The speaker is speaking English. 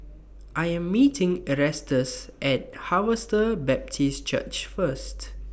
I Am meeting Erastus At Harvester Baptist Church First